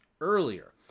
earlier